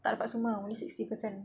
tak dapat semua ah only sixty percent